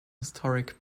historic